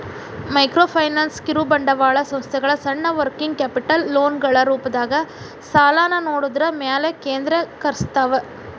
microfinance ಕಿರುಬಂಡವಾಳ ಸಂಸ್ಥೆಗಳ ಸಣ್ಣ ವರ್ಕಿಂಗ್ ಕ್ಯಾಪಿಟಲ್ ಲೋನ್ಗಳ ರೂಪದಾಗ ಸಾಲನ ನೇಡೋದ್ರ ಮ್ಯಾಲೆ ಕೇಂದ್ರೇಕರಸ್ತವ